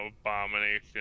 abomination